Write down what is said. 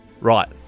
Right